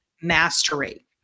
Mastery